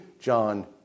John